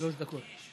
שלוש דקות.